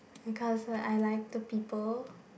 because I like the people